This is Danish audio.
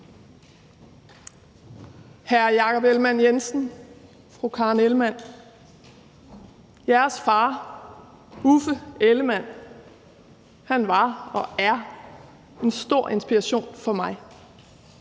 Hr. Jakob Ellemann-Jensen, fru Karen Ellemann. Jeres far – Uffe Ellemann-Jensen – var og er en stor inspiration for mig.